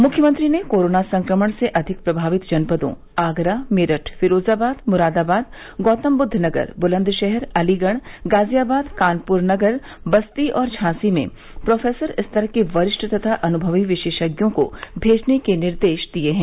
मुख्यमंत्री ने कोरोना संक्रमण से अधिक प्रमावित जनपदों आगरा मेरठ फिरोजाबाद मुरादाबाद गौतमबुद्दनगर बुलंदशहर अलीगढ़ गाजियाबाद कानपुर नगर बस्ती और झांसी में प्रोफेसर स्तर के वरिष्ठ तथा अनुमवी विशेषज्ञ को भेजने के निर्देश दिए हैं